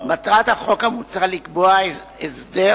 מטרת החוק המוצע לקבוע הסדר